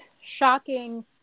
shocking